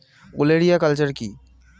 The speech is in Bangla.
ওলেরিয়া কালচার কি?